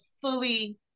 fully